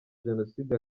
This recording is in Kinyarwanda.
jenoside